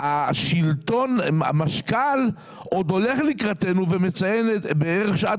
השלטון המקומי עוד הולך לקראתנו ומציין בערך שעת